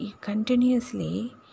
Continuously